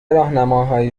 راهنماهایی